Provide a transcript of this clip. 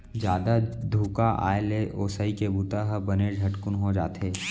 जादा धुका आए ले ओसई के बूता ह बने झटकुन हो जाथे